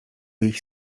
ich